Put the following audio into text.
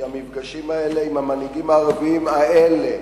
כי המפגשים האלה עם המנהיגים הערבים האלה